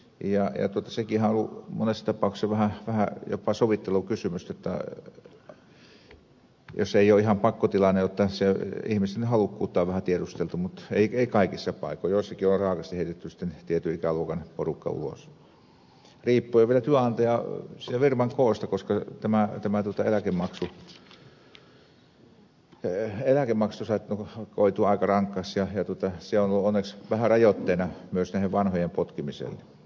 sekinhän on ollut monessa tapauksessa vähän jopa sovittelukysymys jos ei ole ihan pakkotilanne jotta ihmisten halukkuutta on vähän tiedusteltu ei kaikissa paikoissa joissakin on raakasti heitetty tietyn ikäluokan porukka ulos riippuen vielä työnantajan firman koosta koska tämä eläkemaksu on saattanut koitua aika rankaksi ja se on ollut vähän onneksi rajoitteena myös näiden vanhojen potkimiselle